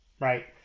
right